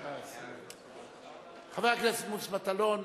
התשע"א 2011. חבר הכנסת מוץ מטלון,